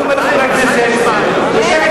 אני אומר לחברי הכנסת: חברים,